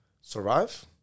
survive